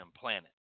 planet